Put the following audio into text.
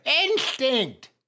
instinct